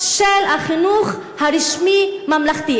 של החינוך הרשמי הממלכתי.